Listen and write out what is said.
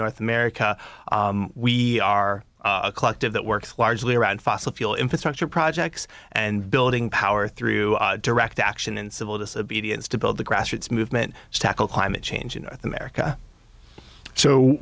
north america we are a collective that works largely around fossil fuel infrastructure projects and building power through direct action and civil disobedience to build the grassroots movement to tackle climate change in north america